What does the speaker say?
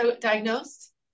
diagnosed